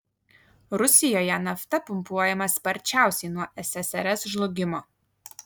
rusijoje nafta pumpuojama sparčiausiai nuo ssrs žlugimo